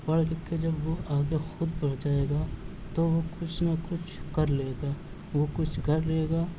پڑھ لکھ کے جب وہ آگے خود بڑھ جائے گا تو وہ کچھ نہ کچھ کر لے گا وہ کچھ کر لے گا